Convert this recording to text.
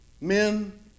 Men